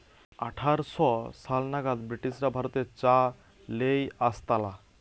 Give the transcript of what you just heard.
আঠার শ সাল নাগাদ ব্রিটিশরা ভারতে চা লেই আসতালা